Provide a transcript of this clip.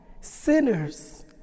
sinners